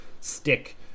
stick